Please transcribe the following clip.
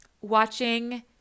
watching